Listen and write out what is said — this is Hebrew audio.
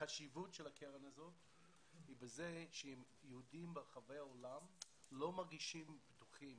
החשיבות של הקרן הזאת היא בזה שאם יהודים ברחבי העולם לא מרגישים בטוחים